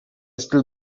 still